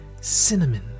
cinnamon